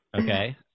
Okay